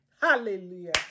Hallelujah